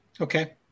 Okay